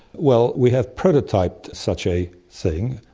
well, we have prototyped such a thing,